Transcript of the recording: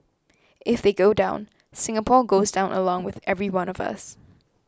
if they go down Singapore goes down along with every one of us